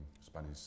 Spanish